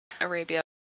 arabia